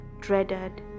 dreaded